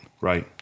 Right